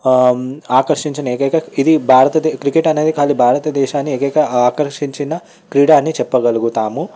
ఆకర్షించిన ఏకైక ఇది భారత క్రికెట్ అనేది భారతదేశాన్ని ఏకైక ఆకర్షించిన క్రీడ అని చెప్పగలుగుతాము